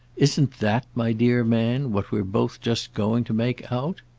isn't that, my dear man, what we're both just going to make out?